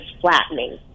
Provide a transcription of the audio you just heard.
flattening